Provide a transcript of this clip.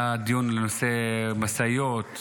היה דיון בנושא משאיות,